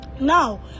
Now